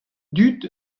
dud